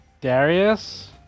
Darius